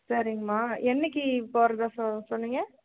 சரிங்கம்மா என்னைக்கி போகிறதா சொன்னிங்க